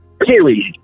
Period